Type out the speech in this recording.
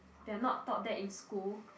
they are not taught that in school